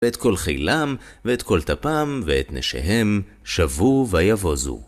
ואת כל חילם, ואת כל טפם, ואת נשיהם, שבו ויבוזו.